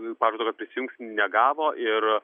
pažado kad prisijungs negavo ir